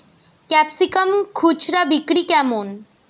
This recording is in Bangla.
ক্যাপসিকাম খুচরা বিক্রি কেমন?